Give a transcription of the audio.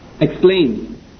explain